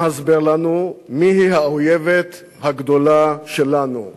אנא הסבר לנו מי האויבת הגדולה שלנו,